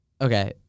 Okay